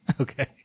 Okay